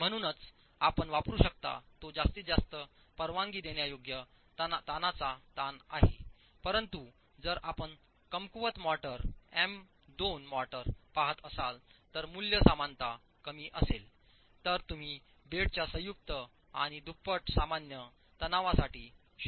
म्हणूनच आपण वापरू शकता तो जास्तीत जास्त परवानगी देण्यायोग्य ताणचा ताण आहे परंतु जर आपण कमकुवत मोर्टार एम 2 मोर्टार पहात असाल तर मूल्य सामान्यत कमी असेल तर तुम्ही बेडच्या संयुक्त आणि दुप्पट सामान्य तणावासाठी 0